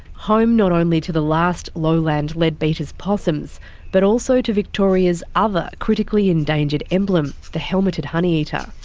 home not only to the last lowland leadbeater's possums but also to victoria's other critically endangered emblem, the helmeted honeyeater.